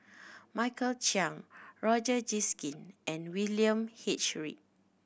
Michael Chiang Roger and William H Read